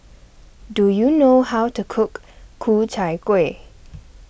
do you know how to cook Ku Chai Kuih